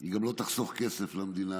והיא גם לא תחסוך כסף למדינה.